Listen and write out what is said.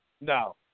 No